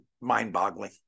mind-boggling